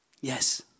Yes